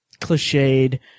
cliched